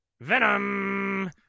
Venom